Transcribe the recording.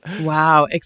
Wow